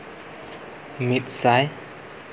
ᱢᱤᱫ ᱥᱟᱭ